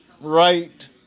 right